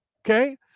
okay